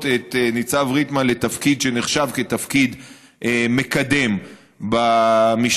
את ניצב ריטמן לתפקיד שנחשב לתפקיד מקדם במשטרה.